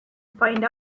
find